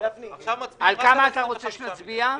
כמה אתה רוצה שנצביע?